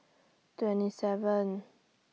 twenty seven